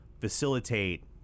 facilitate